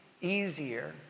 easier